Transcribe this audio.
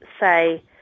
say